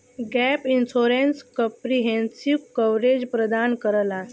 gap insurance comprehensive coverage प्रदान करला